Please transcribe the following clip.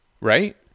right